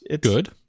good